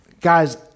Guys